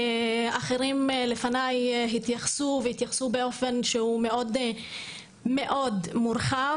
אחרים לפניי התייחסו באופן מאוד רחב,